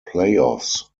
playoffs